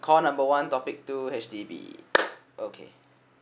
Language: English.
call number one topic two H_D_B okay